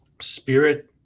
spirit